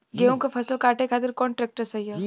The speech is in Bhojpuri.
गेहूँक फसल कांटे खातिर कौन ट्रैक्टर सही ह?